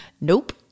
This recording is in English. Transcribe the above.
Nope